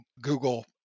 Google